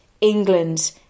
England